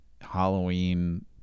halloween